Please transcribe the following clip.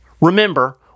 Remember